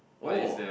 oh